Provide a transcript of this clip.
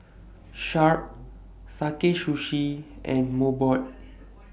Sharp Sakae Sushi and Mobot